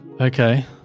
Okay